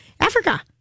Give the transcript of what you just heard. Africa